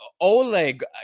Oleg